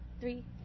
three